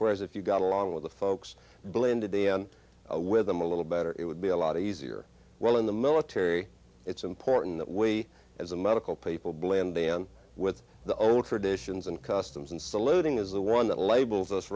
whereas if you got along with the folks blended in with them a little better it would be a lot easier while in the military it's important that we as a medical people blend than with the old traditions and customs and saluting is the one that labels us